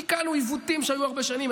תיקנו עיוותים שהיו הרבה שנים.